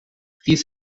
rief